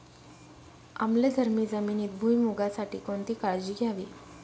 आम्लधर्मी जमिनीत भुईमूगासाठी कोणती काळजी घ्यावी?